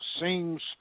Seems